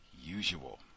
usual